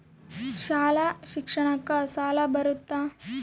ಶಾಲಾ ಶಿಕ್ಷಣಕ್ಕ ಸಾಲ ಬರುತ್ತಾ?